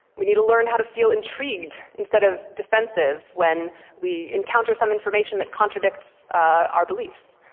we need to learn how to feel intrigued instead of defensive when we encounter some information that contradicts our beliefs.